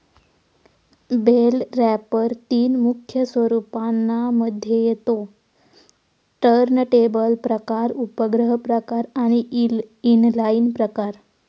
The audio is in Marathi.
बेल रॅपर तीन मुख्य स्वरूपांना मध्ये येते टर्नटेबल प्रकार, उपग्रह प्रकार आणि इनलाईन प्रकार